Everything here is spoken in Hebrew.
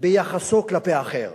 ביחסו כלפי האחר,